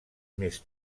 més